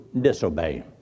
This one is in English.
disobey